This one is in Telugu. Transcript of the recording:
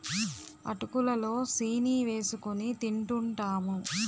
అటుకులు లో సీని ఏసుకొని తింటూంటాము